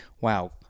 wow